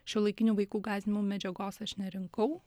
šiuolaikinių vaikų gąsdinimų medžiagos aš nerinkau